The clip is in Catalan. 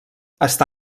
està